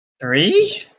Three